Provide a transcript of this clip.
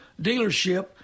dealership